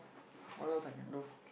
what else I can do